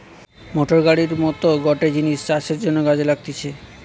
motor গাড়ির মত গটে জিনিস চাষের জন্যে কাজে লাগতিছে